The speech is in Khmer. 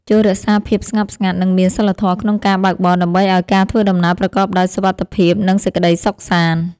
ចូររក្សាភាពស្ងប់ស្ងាត់ និងមានសីលធម៌ក្នុងការបើកបរដើម្បីឱ្យការធ្វើដំណើរប្រកបដោយសុវត្ថិភាពនិងសេចក្តីសុខសាន្ត។